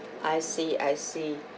I see I see